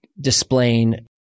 displaying